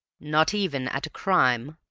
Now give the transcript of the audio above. not even at a crime?